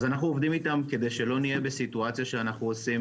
אנחנו עובדים איתם כדי שלא נהיה בסיטואציה שאנו עושים,